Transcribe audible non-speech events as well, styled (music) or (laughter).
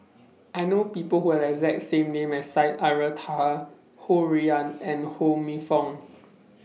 I know People Who Have The exact same name as Syed (unintelligible) Taha Ho Rui An (noise) and Ho Minfong